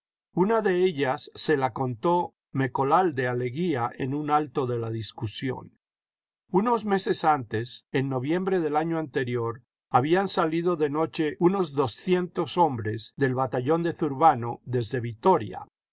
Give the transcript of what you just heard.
una de ellas se la contó mecolalde a leguía en un alto de la discusión unos meses antes en noviembre del año anterior habían salido de noche unos doscientos hombres del batallón de zurbano desde vitoria